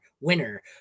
Winner